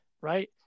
right